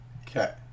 Okay